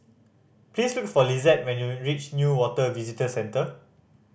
please look for Lissette when you reach Newater Visitor Centre